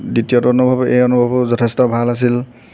দ্বিতীয়টো অনুভৱ এই অনুভৱো যথেষ্ট ভাল আছিল